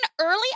early